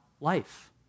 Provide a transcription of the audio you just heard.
life